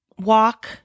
walk